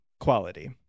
quality